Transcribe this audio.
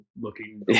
looking